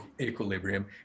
equilibrium